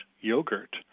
yogurt